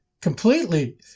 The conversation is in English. completely